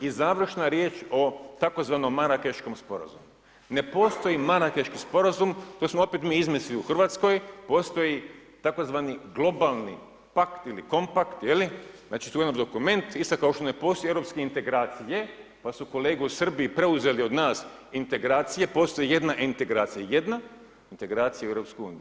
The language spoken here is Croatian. I završna riječ o tzv. Marakeškom Sporazumu, ne postoji Marakeški Sporazum koji smo opet mi izmislili u RH, postoji tzv. Globalni pakt ili kompakt je li, znači, suvremeni dokument, isto kao što ne postoji europski integracije, pa su kolege u Srbiji preuzeli od nas integracije, postoji jedna integracija jedna integracija u EU.